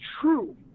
true